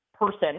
person